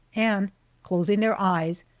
and closing their eyes,